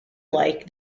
like